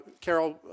Carol